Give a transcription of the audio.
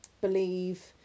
believe